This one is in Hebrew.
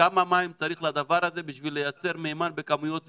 כמה מים צריך לדבר הזה בשביל לייצר מימן בכמויות סבירות?